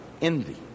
envy